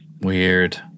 Weird